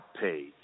page